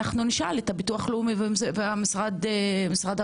נשאל את הביטוח הלאומי ואת משרד הרווחה.